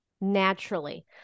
naturally